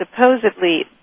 supposedly